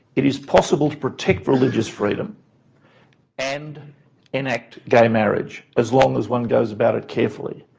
it is possible to protect religious freedom and enact gay marriage, as long as one goes about it carefully.